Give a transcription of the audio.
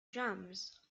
drums